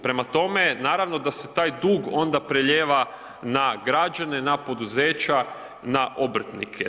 Prema tome, naravno da se taj dug onda prelijeva na građane, na poduzeća, na obrtnike.